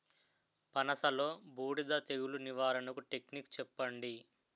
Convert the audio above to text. పనస లో బూడిద తెగులు నివారణకు టెక్నిక్స్ చెప్పండి?